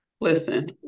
Listen